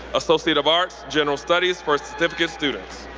associate of arts, general studies for certificate students.